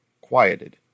quieted